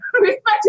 Respect